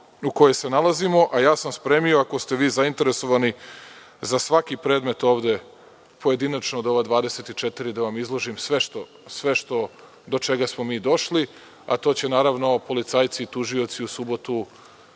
u kojoj se nalazimo, a ja sam spremio, ako ste vi zainteresovani za svaki predmet, ovde pojedinačno od ova 24 da vam izložim sve do čega smo došli, a to će policajci i tužioci u subotu,